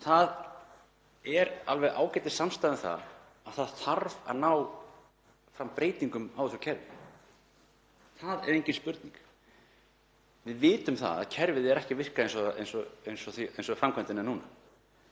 Það er alveg ágætissamstaða um að það þarf að ná fram breytingum á þessu kerfi. Það er engin spurning. Við vitum að kerfið er ekki að virka eins og framkvæmdin er núna.